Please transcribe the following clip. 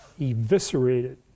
eviscerated